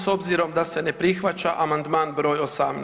S obzirom da se ne prihvaća amandman broj 18.